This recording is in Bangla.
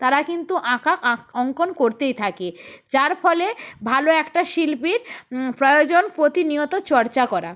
তারা কিন্তু আঁকা আঁক অঙ্কন করতেই থাকে যার ফলে ভালো একটা শিল্পীর প্রয়োজন প্রতিনিয়ত চর্চা করা